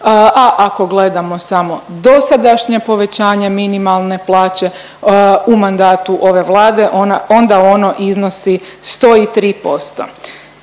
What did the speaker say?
a ako gledamo samo dosadašnje povećanje minimalne plaće u mandatu ove Vlade ona, onda ona iznosi 103%.